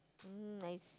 mm I see